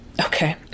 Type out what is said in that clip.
Okay